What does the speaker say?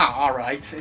alright.